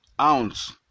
ounce